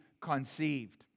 conceived